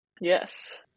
Yes